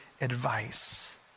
advice